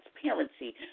transparency